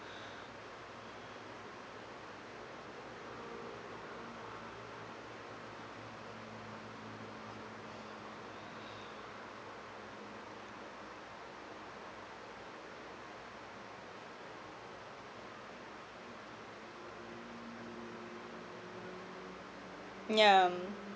yeah